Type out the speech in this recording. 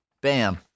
Bam